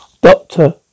Doctor